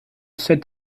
sept